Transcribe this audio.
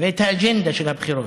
ואת האג'נדה של הבחירות.